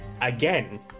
again